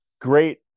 great